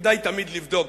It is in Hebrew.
כדאי תמיד לבדוק